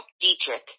Dietrich